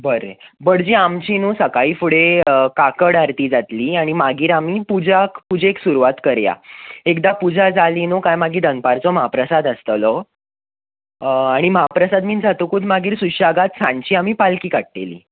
बरें भटजी आमची न्हू सकाळीं फुडे काकड आरती जातली आनी मागीर आमी पुजाक पुजेक सुरवात करया एकदा पुजा जाली न्हू काय दनपारचो म्हाप्रसाद आसतलो आनी म्हाप्रसाद बी जातकूच सुशेगाद सांजची आमी पालखी काडटली